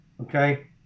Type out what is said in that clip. okay